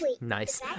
Nice